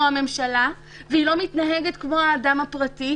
הממשלה והיא לא מתנהגת כמו האדם הפרטי,